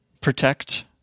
protect